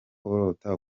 urota